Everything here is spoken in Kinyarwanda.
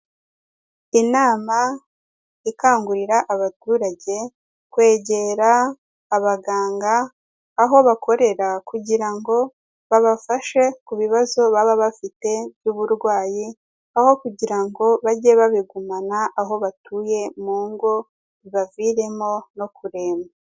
Inama ikangurira abaturage kwegera abaganga, aho bakorera kugira ngo babafashe ku bibazo baba bafite by'uburwayi, aho kugira ngo bajye babigumana aho batuye mu ngo bibaviremo no kuremba.